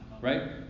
right